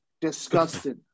disgusting